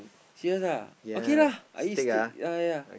serious ah okay lah I eat steak ya ya ya